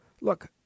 Look